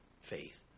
faith